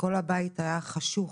וכל הבית היה חשוך,